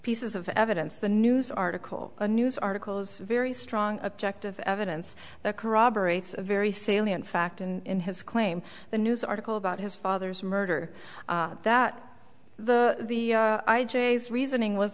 pieces of evidence the news article a news articles very strong objective evidence that corroborates a very salient fact in his claim the news article about his father's murder that the reasoning was